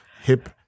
hip